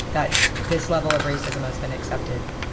that this level of racism has been accepted.